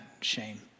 shame